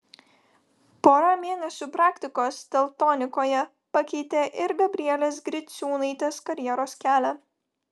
pora mėnesių praktikos teltonikoje pakeitė ir gabrielės griciūnaitės karjeros kelią